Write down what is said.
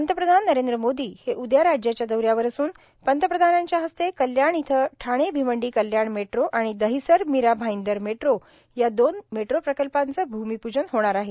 पंतप्रधान नरेंद्र मोदी हे उद्या राज्याच्या दौऱ्यावर असून पंतप्रधानांच्या हस्ते कल्याण इथं ठाणे भिवंडी कल्याण मेट्रो आणि दहीसर मीरा आईंदर मेट्रो या दोन मेट्रो प्रकल्पाचं भूमिपूजन होणार आहे